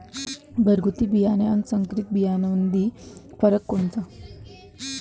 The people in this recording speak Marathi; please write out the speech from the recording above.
घरगुती बियाणे अन संकरीत बियाणामंदी फरक कोनचा?